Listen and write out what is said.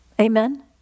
Amen